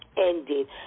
ended